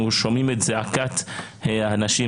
אנחנו שומעים את זעקת הציבור,